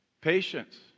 Patience